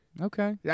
Okay